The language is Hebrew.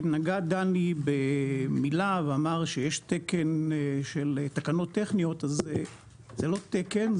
נגע דני במילה ואמר שיש תקן של תקנות טכניות אז זה לא תקן,